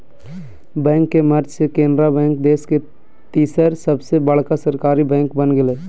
bank के merge से Canara bank देश के तीसर सबसे बड़का सरकारी बैंक बन गेलय